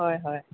হয় হয়